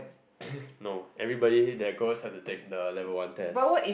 no everybody that goes have to go and take the level one test